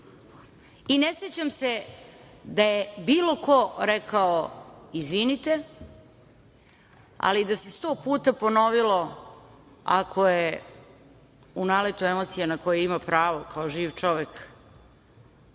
I ne sećam se da je bilo ko rekao – izvinite, ali da se 100 puta ponovilo, ako je u naletu emocija na koje ima pravo kao živ čovek,